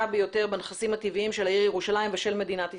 ביותר בנכסים הטבעיים של העיר ירושלים ושל מדינת ישראל.